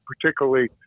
particularly